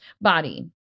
body